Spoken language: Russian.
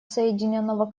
соединенного